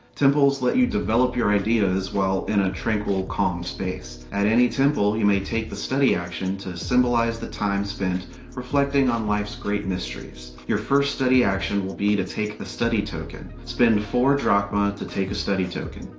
temples let you develop your ideas while in a tranquil calm space. at any temple, you may take the study action to symbolize the time spent reflecting on life's great mysteries. your first study action will be to take a study token. spend four drachma to take a study token.